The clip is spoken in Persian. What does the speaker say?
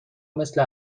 مثل